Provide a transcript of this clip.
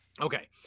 okay